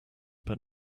but